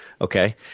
Okay